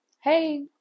hey